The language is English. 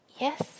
yes